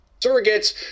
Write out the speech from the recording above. surrogates